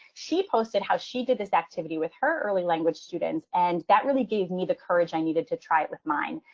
she posted how she did this activity with her early language students. and that really gave me the courage i needed to try it with mine.